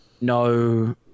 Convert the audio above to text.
no